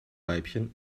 weibchen